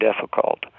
difficult